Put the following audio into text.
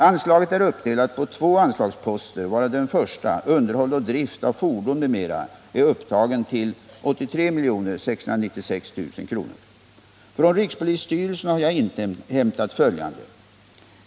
Anslaget är uppdelat på två anslagsposter, varav den första, Underhåll och drift av fordon m.m., är upptagen till 83 696 000 kr. Från rikspolisstyrelsen har jag inhämtat följande.